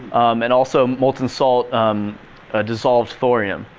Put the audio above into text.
and also molten salt um ah dissolved thorium